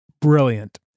brilliant